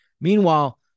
Meanwhile